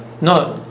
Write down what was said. no